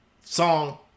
song